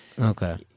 Okay